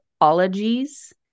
Ologies